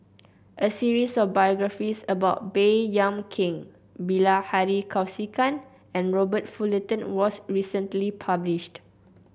a series of biographies about Baey Yam Keng Bilahari Kausikan and Robert Fullerton was recently published